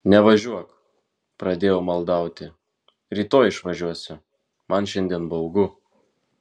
nevažiuok pradėjau maldauti rytoj išvažiuosi man šiandien baugu